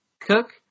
Cook